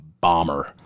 bomber